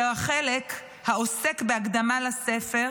זה החלק העוסק בהקדמה לספר: